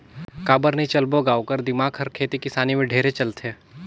काबर नई चलबो ग ओखर दिमाक हर खेती किसानी में ढेरे चलथे